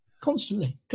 constantly